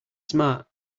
smart